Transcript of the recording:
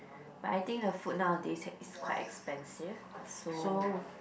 but I think the food nowadays is is quite expensive so